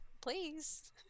Please